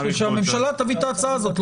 שהממשלה תביא את ההצעה הזאת.